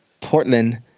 portland